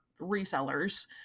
resellers